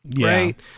right